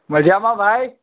મજામાં ભાઈ